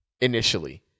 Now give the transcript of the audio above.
initially